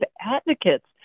advocates